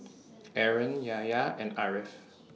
Aaron Yahya and Ariff